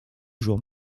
jour